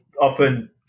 often